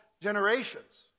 generations